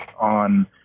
on